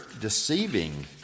deceiving